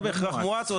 לא בהכרח מואץ.